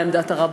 מה עמדת הרבנים,